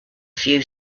few